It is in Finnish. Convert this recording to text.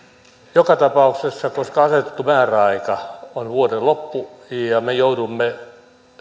joka tapauksessa koska asetettu määräaika on vuoden loppu ja me joudumme